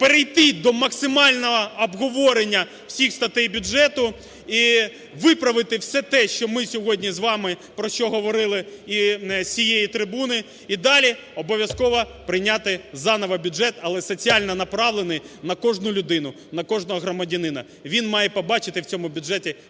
перейти до максимального обговорення всіх статей бюджету і виправити все те, що ми сьогодні з вами, про що говорили і з цієї трибуни, і далі, обовязково прийняти заново бюджет, але соціально направлений на кожну людину, на кожного громадянина. Він має побачити в цьому бюджеті